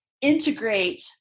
integrate